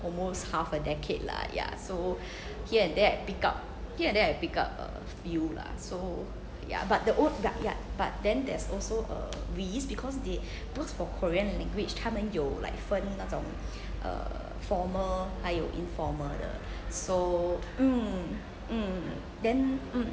almost half a decade lah ya so here and there I pick up here and there I pick up a few lah so ya but the but the then there's also a risk because they because for korean language 他们有 like 分那种 err former 还有 informal 的 so mm mm the mm